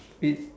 it